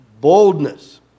boldness